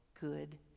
good